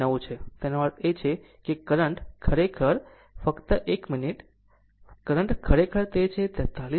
9 છે એનો અર્થ છે કરંટ ખરેખર ફક્ત એક મિનિટ કરંટ ખરેખર તે છે 43